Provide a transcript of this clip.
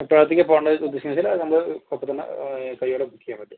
എപ്പോഴത്തേക്കാണ് പോവേണ്ടത് ഉദ്ദേശം വെച്ചാൽ നമ്മൾ അപ്പം തന്നെ കയ്യോടെ ബുക്ക് ചെയ്യാൻ പറ്റും